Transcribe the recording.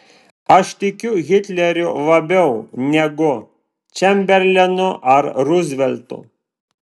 aš tikiu hitleriu labiau negu čemberlenu ar ruzveltu